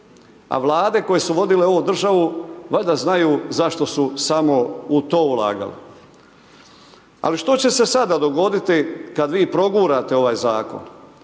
a vlade koje su vodile ovu državu valjda znaju zašto su samo u to ulagale. Ali što će se sada dogoditi kada vi progurate ovaj zakon?